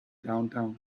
downtown